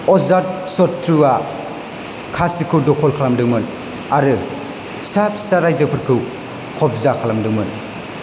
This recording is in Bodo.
अजात शत्रुआ काशीखौ दखल खालामदोंमोन आरो फिसा फिसा रायजोफोरखौ खबजा खालामदोंमोन